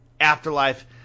afterlife